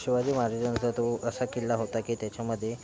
शिवाजी महाराजांचा तो असा किल्ला होता की त्याच्यामध्ये